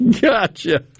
Gotcha